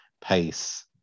pace